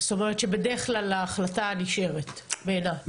בדרך כלל ההחלטה נשארת בעינה.